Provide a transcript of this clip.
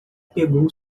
pegou